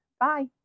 Bye